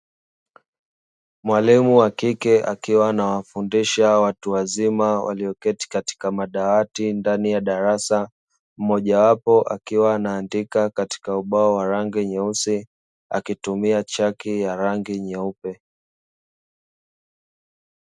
Mwalimu wa kike akiwa anawafundisha watu wazima walioketi katika madawati ndani ya darasa, mmoja wapo akiwa anaandika katika ubao wa rangi nyeusi akitumia chaki ya rangi nyeupe.